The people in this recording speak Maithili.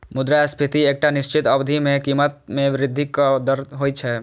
मुद्रास्फीति एकटा निश्चित अवधि मे कीमत मे वृद्धिक दर होइ छै